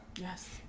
Yes